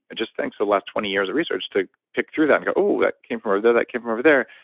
and just think the so last twenty years of research to pick through that and go, oh, that came from over there, that came from over there.